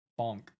bonk